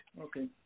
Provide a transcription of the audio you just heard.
Okay